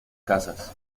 casas